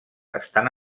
estan